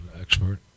expert